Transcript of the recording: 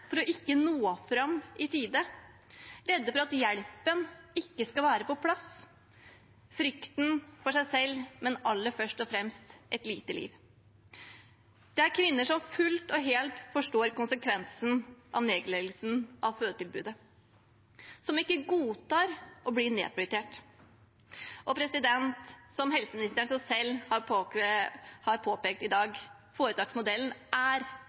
redde for ikke å nå fram i tide, redde for at hjelpen ikke skal være på plass – frykten for seg selv, men først og fremst for et lite liv. Det er kvinner som fullt og helt forstår konsekvensen av nedleggelsen av fødetilbudet, som ikke godtar å bli nedprioritert. Og som helseministeren selv har påpekt i dag: Foretaksmodellen er